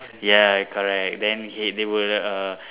ya correct then he they were err